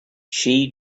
she